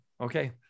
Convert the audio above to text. Okay